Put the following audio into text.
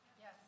Yes